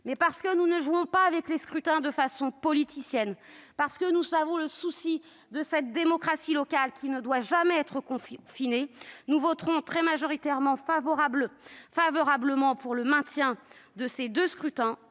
parce que nous ne jouons pas avec les scrutins de façon politicienne, parce que nous avons le souci de la démocratie locale, qui ne doit jamais être confinée, nous voterons très majoritairement en faveur du maintien de ces deux scrutins,